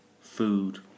food